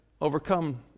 overcome